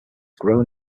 grown